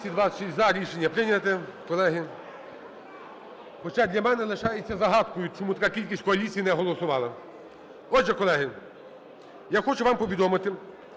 Рішення прийнято, колеги. Хоча, для мене лишається загадкою, чому така кількість коаліції не голосувала. Отже, колеги, я хочу вам повідомити,